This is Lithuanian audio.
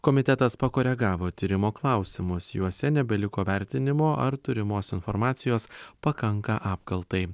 komitetas pakoregavo tyrimo klausimus juose nebeliko vertinimo ar turimos informacijos pakanka apkaltai